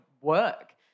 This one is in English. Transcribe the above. work